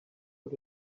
put